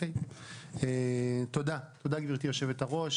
תודה, גברתי יושבת-הראש.